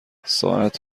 ساعت